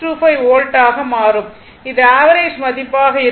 625 வோல்ட்டாக மாறும் இது ஆவரேஜ் மதிப்பாக இருக்கும்